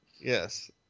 Yes